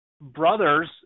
brothers